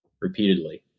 repeatedly